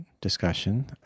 discussion